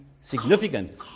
significant